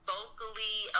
vocally